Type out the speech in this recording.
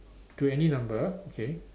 to any number okay